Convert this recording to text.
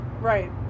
Right